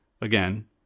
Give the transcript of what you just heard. again